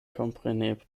kompreneble